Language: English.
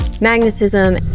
magnetism